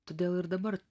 todėl ir dabar